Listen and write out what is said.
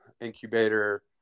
incubator